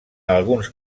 alguns